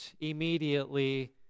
immediately